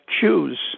choose